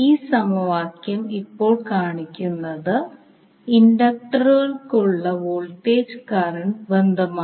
ഈ സമവാക്യം ഇപ്പോൾ കാണിക്കുന്നത് ഇൻഡക്റ്ററുകൾക്കുള്ള വോൾട്ടേജ് കറൻറ് ബന്ധമാണ്